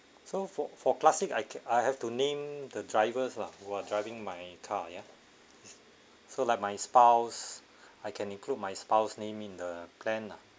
so for for classic I I have to name the driver's lah who are driving my car ya so like my spouse I can include my spouse name in the plan lah